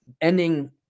ending